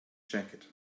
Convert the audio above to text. jacket